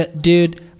Dude